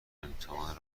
امتحان